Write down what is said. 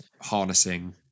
harnessing